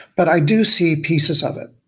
but i do see pieces of it.